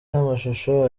n’amashusho